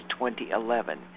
2011